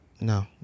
no